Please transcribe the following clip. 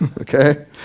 okay